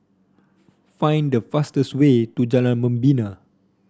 find the fastest way to Jalan Membina